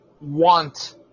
want